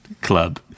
club